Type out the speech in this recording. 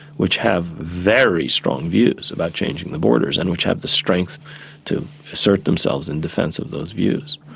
which have very strong views about changing the borders and which have the strength to assert themselves in defence of those views,